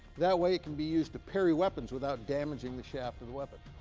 that way it can be used to parry weapons without damaging the shaft of the weapon.